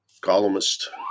columnist